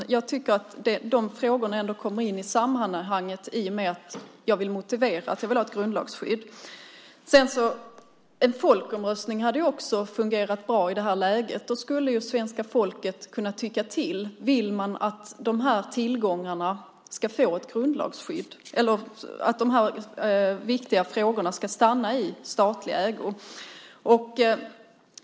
Men jag tycker att dessa frågor ändå kommer in i sammanhanget i och med att jag vill motivera att jag vill ha ett grundlagsskydd. En folkomröstning hade också fungerat bra i detta läge. Då skulle svenska folket kunna tycka till om man vill att dessa tillgångar ska få ett grundlagsskydd och att dessa viktiga företag ska stanna i statlig ägo.